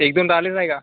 एक दोनदा आले नाही का